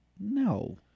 No